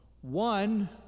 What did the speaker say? One